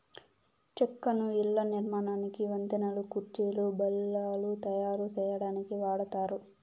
చెక్కను ఇళ్ళ నిర్మాణానికి, వంతెనలు, కుర్చీలు, బల్లలు తాయారు సేయటానికి వాడతారు